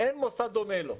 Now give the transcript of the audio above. אין מוסד דומה לו.